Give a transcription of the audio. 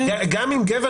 גם אם גבר